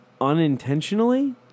unintentionally